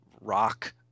rock